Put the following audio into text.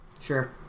Sure